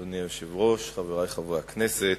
אדוני היושב-ראש, חברי חברי הכנסת,